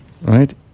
right